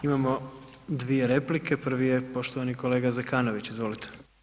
Imamo dvije replike, prvi je poštovani kolega Zekanović, izvolite.